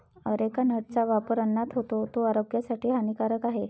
areca नटचा वापर अन्नात होतो, तो आरोग्यासाठी हानिकारक आहे